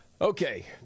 Okay